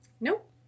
nope